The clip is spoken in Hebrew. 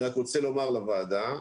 אני רוצה לומר לוועדה,